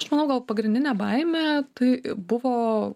aš manau gal pagrindinė baimė tai buvo